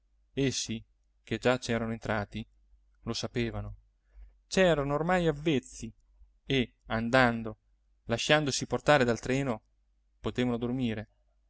vita essi che già c'erano entrati lo sapevano c'erano ormai avvezzi e andando lasciandosi portare dal treno potevano dormire